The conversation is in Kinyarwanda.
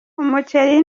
umuceri